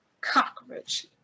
cockroach